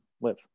live